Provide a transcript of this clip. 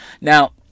Now